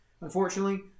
unfortunately